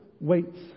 waits